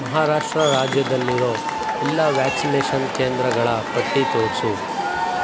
ಮಹಾರಾಷ್ಟ್ರ ರಾಜ್ಯದಲ್ಲಿರೋ ಎಲ್ಲ ವ್ಯಾಕ್ಸಿನೇಷನ್ ಕೇಂದ್ರಗಳ ಪಟ್ಟಿ ತೋರಿಸು